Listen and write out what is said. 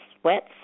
sweats